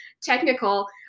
technical